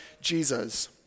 Jesus